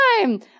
time